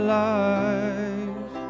life